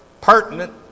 pertinent